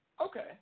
Okay